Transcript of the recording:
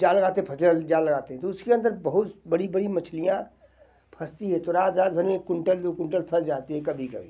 जाल लगाते हैं फंसने वाले जाल लगाते हैं तो उसके अंदर बहुत बड़ी बड़ी मछलियाँ फंसती हैं तो रात रात भर में एक कुंटल दो कुंटल फंस जाती हैं कभी कभी